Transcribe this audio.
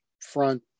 front